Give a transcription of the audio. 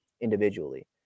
individually